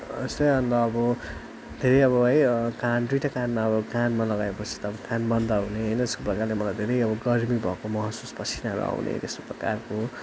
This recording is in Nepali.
यस्तै अन्त अब धेरै अब है कान दुइटा कानमा अब कानमा लगाएपछि त अब कान बन्द हुने हैन यस्तो प्रकारले धेरै अब गर्मी भएको महसुस पसिनाहरू आउने त्यस्तो प्रकारको